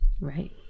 Right